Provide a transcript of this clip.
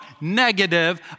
negative